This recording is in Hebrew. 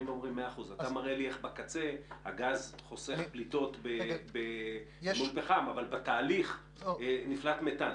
אומרים שבקצה הגז חוסך פליטות לעומת פחם אבל בתהליך נפלט מתאן.